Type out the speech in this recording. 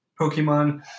Pokemon